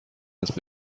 است